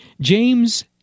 James